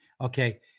Okay